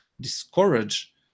discourage